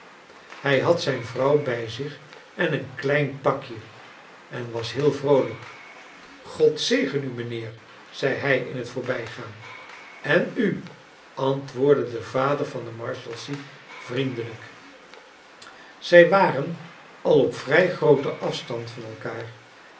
hij had zijn vrouw bij zich en een klein pakje en was heel vroolijk god zegen u mijnheer zei hij in t voorbijgaa n en u antwoordde de vader van de marshalsea vriendelijfe zij waren al op vrij grooten afstand van elkaar